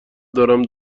دارم